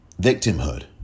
Victimhood